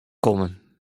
kommen